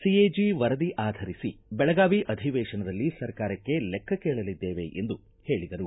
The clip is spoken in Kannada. ಸಿಎಜಿ ವರದಿ ಆಧರಿಸಿ ಬೆಳಗಾವಿ ಅಧಿವೇಶನದಲ್ಲಿ ಸರ್ಕಾರಕ್ಕೆ ಲೆಕ್ಕ ಕೇಳಲಿದ್ದೇವೆ ಎಂದು ಹೇಳಿದರು